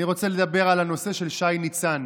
אני רוצה לדבר על הנושא של שי ניצן.